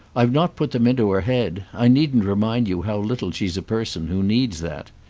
i've not put them into her head i needn't remind you how little she's a person who needs that.